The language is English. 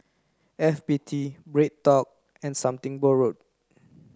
F B T BreadTalk and Something Borrowed